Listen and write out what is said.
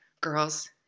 girls